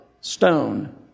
stone